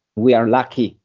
we are lucky.